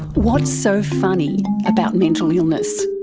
what's so funny about mental illness?